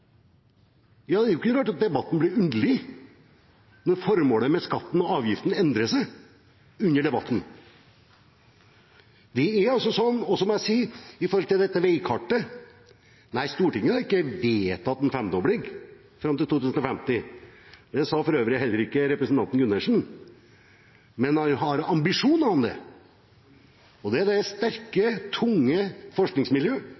Ja, det er ikke rart at debatten blir underlig når formålet med skatten og avgiften endrer seg under debatten. Når det gjelder dette veikartet, må jeg si: Nei, Stortinget har ikke vedtatt en femdobling fram til 2050 – det sa for øvrig heller ikke representanten Gundersen. Men man har ambisjoner om det, og det er sterke, tunge forskningsmiljøer som står bak de ambisjonene. Det